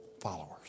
followers